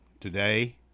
today